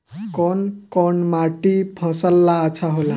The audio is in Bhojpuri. कौन कौनमाटी फसल ला अच्छा होला?